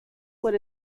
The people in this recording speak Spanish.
por